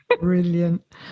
Brilliant